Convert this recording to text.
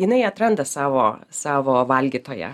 jinai atranda savo savo valgytoją